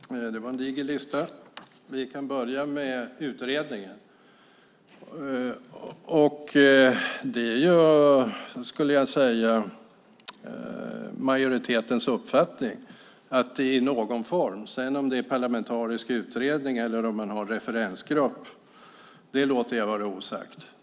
Fru ålderspresident! Det var en diger lista. Vi kan börja med utredningen. Det är majoritetens uppfattning att det ska göras i någon form. Om det sedan ska vara en parlamentarisk utredning eller om man har en referensgrupp ska jag låta vara osagt.